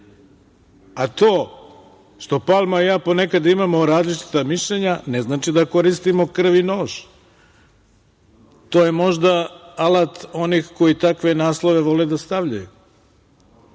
a to što Palma i ja ponekad imamo različita mišljenja ne znači da koristimo krv i nož. To je možda alat onih koji takve naslove vole da stavljaju. Samo